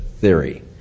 theory